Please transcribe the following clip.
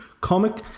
comic